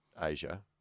Asia